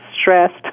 stressed